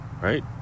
Right